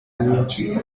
mwinshi